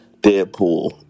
Deadpool